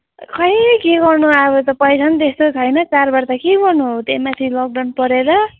खोइ के गर्नु अब त पैसा पनि त्यस्तो छैन कराबार त के गर्नु अब त्यही माथि लकडाउन परेर